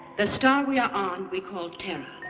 the star we are on, we call terra.